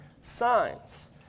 signs